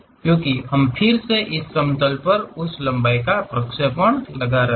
क्योंकि हम फिर से इस समतल पर उस लंबाई का प्रक्षेपण लगा रहे हैं